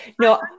no